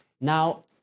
Now